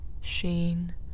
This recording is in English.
sheen